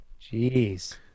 Jeez